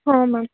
ହଁ ମ୍ୟାମ୍